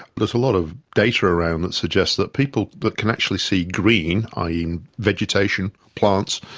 there's a lot of data around that suggests that people but can actually see green, i. e. vegetation, plants,